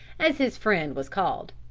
as his friend was called.